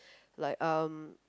like um